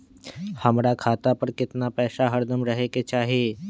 हमरा खाता पर केतना पैसा हरदम रहे के चाहि?